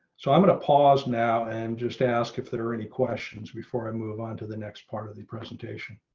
so i'm going to pause now and just ask if there are any questions before i move on to the next part of the presentation.